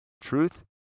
Truth